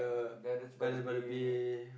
gardens-by-the-bay